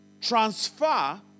transfer